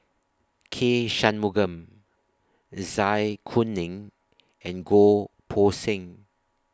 K Shanmugam Zai Kuning and Goh Poh Seng